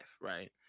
right